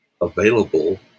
available